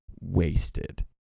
wasted